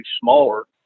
smaller